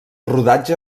rodatge